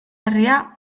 herria